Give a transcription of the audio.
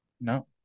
No